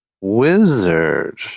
wizard